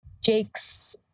Jake's